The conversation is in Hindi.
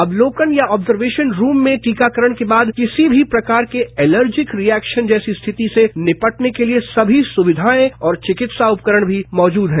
अवलोकन या ऑबर्जवेशन रूम में टीकाकरण के बाद किसी भी प्रकार के एलर्जिक रिएक्शन जैसी स्थिति से निपटने के लिए समी सुविधाएं और चिकित्सा उपकरण भी मौजूद हैं